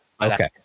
okay